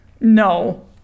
No